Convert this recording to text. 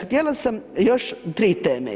Htjela sam još tri teme.